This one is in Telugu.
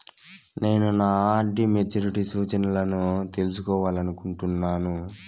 నేను నా ఆర్.డి మెచ్యూరిటీ సూచనలను తెలుసుకోవాలనుకుంటున్నాను